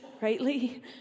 rightly